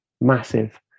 massive